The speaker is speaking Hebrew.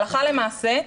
הלכה למעשה,